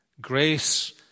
grace